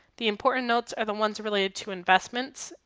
the important notes are the ones related to investments,